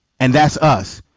and that's us.